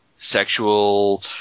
sexual